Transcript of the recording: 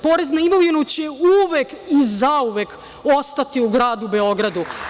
Porez na imovinu će uvek i zauvek ostati u gradu Beogradu.